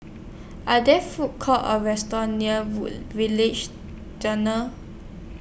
Are There Food Courts Or restaurants near Wood Village Tunnel